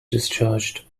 discharged